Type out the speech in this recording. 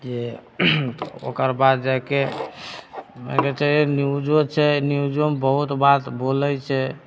जे ओकर बाद जाके अहाँके छै न्यूजो छै न्यूजोमे बहुत बात बोलैत छै